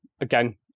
again